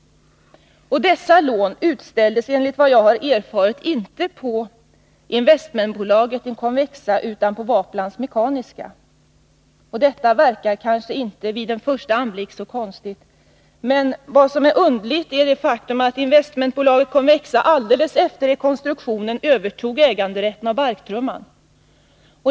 Dessa lån utställdes enligt vad jag har erfarit inte på investmentbolaget Convexa utan på Waplans Mekaniska. Detta verkar vid en första anblick kanske inte så konstigt. Vad som emellertid är underligt är det faktum att investmentbolaget Convexa alldeles efter rekonstruktionen övertog äganderätten till barktrumman.